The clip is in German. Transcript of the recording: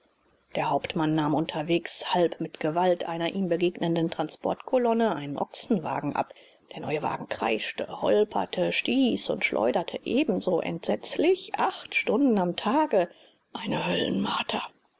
der hauptmann nahm unterwegs halb mit gewalt einer ihm begegnenden transportkolonne einen ochsenwagen ab der neue wagen kreischte holperte stieß und schleuderte ebenso entsetzlich acht stunden am tage eine